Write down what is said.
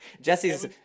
Jesse's